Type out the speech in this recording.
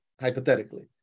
hypothetically